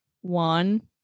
one